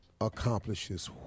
accomplishes